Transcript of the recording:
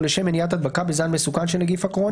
או לשם מניעת הדבקה בזן מסוכן של נגיף הקורונה,